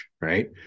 right